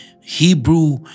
Hebrew